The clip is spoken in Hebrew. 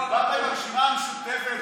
הצבעתם עם הרשימה המשותפת,